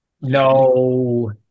No